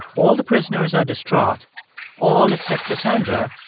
all the prisoners are distraught all except cassandra,